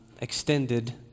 Extended